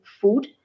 food